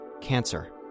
cancer